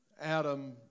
Adam